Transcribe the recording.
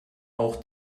auch